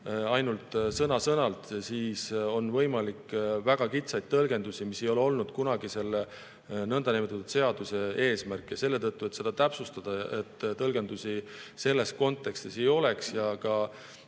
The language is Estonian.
ainult sõna-sõnalt, siis on võimalikud väga kitsad tõlgendused, mis ei ole olnud kunagi selle seaduse eesmärk. Ja selle tõttu tuleb seda täpsustada, et tõlgendusi selles kontekstis ei oleks ja ka